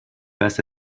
passe